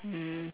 mm